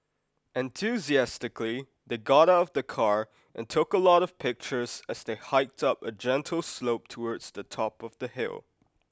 enthusiastically they got out of the car and took a lot of pictures as they hiked up a gentle slope towards the top of the hill